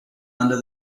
under